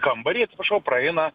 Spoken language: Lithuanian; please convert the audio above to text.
kambarį atsiprašau praeina